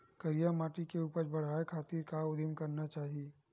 करिया माटी के उपज बढ़ाये खातिर का उदिम करना चाही?